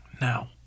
now